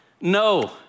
no